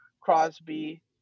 Crosby